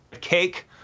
cake